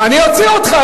אני אוציא אותך,